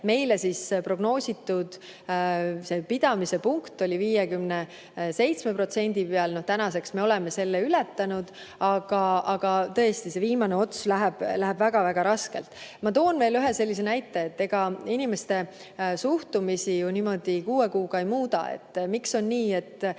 Meile prognoositud pidama jäämise punkt oli 57%. Tänaseks me oleme selle ületanud, aga tõesti see viimane ots läheb väga-väga raskelt. Ma toon veel ühe näite, et ega inimeste suhtumisi niimoodi kuue kuuga ei muuda. Miks on nii, et